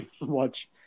watch